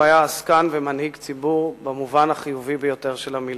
הוא היה עסקן ומנהיג ציבור במובן החיובי ביותר של המלה.